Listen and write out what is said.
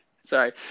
sorry